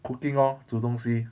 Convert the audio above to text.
cooking lor 煮东西